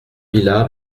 villa